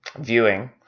viewing